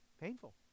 painful